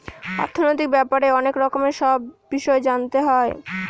অর্থনৈতিক ব্যাপারে অনেক রকমের সব বিষয় জানতে হয়